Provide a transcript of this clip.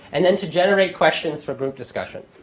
and then to generate questions for group discussion.